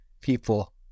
people